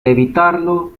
evitarlo